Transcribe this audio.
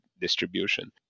distribution